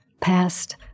past